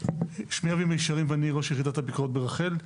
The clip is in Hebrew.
שמי אבי מישרים ואני ראש יחידת הביקורת ברח"ל.